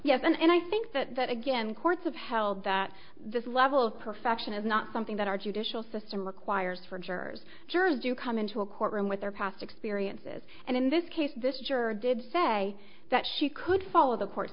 have and i think that that again courts have held that this level of perfection is not something that our judicial system requires for jurors jurors do come into a courtroom with their past experiences and in this case this juror did say that she could follow the court